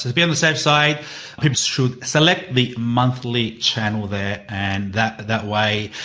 be on the safe side, people should select the monthly channel there and that, that way,